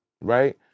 right